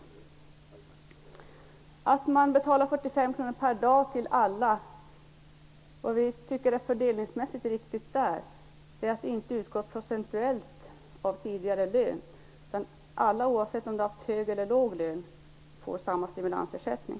Det som är fördelningsmässigt riktigt i att betala 45 kr per dag till alla tycker vi Socialdemokrater är att ersättningen inte utgår procentuellt av tidigare lön. Alla - oavsett om man har haft hög eller låg lön - får samma stimulansersättning.